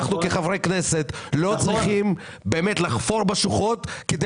אנחנו כחברי כנסת לא צריכים לחפור בשוחות כדי